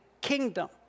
kingdom